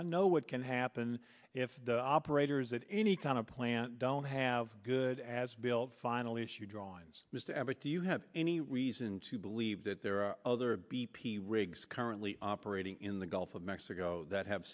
i know what can happen if the operators at any kind of plant don't have good as built finally issue drawings mr abbott do you have any reason to believe that there are other b p rigs currently operating in the gulf of mexico that have